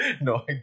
No